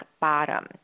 bottom